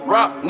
Rock